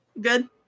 Good